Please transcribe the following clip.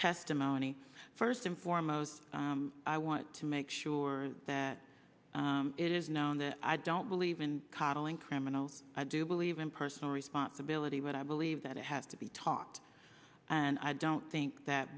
testimony first and foremost i want to make sure that it is known that i don't believe in coddling criminals i do believe in personal responsibility but i believe that it has to be taught and i don't think that